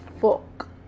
fuck